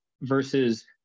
Versus